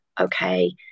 okay